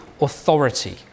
authority